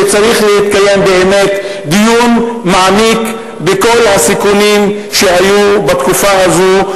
אני חושב שצריך להתקיים באמת דיון מעמיק בכל הסיכונים שהיו בתקופה הזאת,